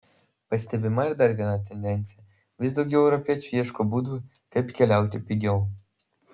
pastebima ir dar viena tendencija vis daugiau europiečių ieško būdų kaip keliauti pigiau